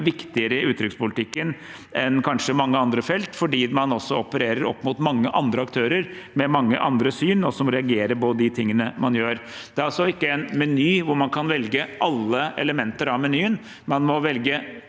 viktigere i utenrikspolitikken enn kanskje på mange andre felt, fordi man også opererer opp mot mange andre aktører med mange andre syn, som reagerer på de tingene man gjør. Det er altså ikke en meny hvor man kan velge alle elementer av menyen. Man må velge